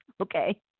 Okay